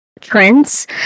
trends